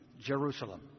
Jerusalem